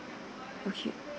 okay